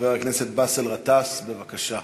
חבר הכנסת באסל גטאס, בבקשה.